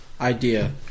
idea